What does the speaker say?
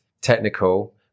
technical